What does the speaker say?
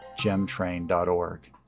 GemTrain.org